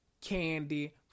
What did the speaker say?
Candy